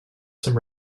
some